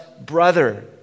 brother